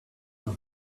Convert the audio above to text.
your